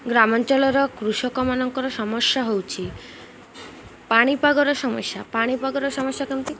ଗ୍ରାମାଞ୍ଚଳର କୃଷକମାନଙ୍କର ସମସ୍ୟା ହେଉଛି ପାଣିପାଗର ସମସ୍ୟା ପାଣିପାଗର ସମସ୍ୟା କେମିତି